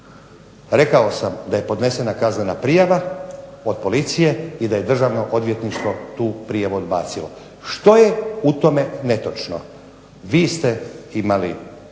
Rekao sam da je podnesena kaznena prijava od policije i da je Državno odvjetništvu tu prijavu odbacilo. Što je u tome netočno? Vi ste imali